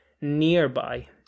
nearby